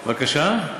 בבקשה?